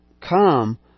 come